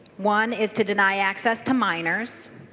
one is to deny access to minors.